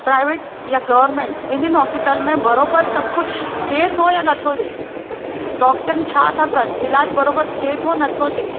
private या government ॿिन्हिनि hospital में बरोबरु सभु कुझु थिए थो या नथो थिए डॉक्टरनि छा था कनि इलाजु बरोबरु थिए थो नथो थिए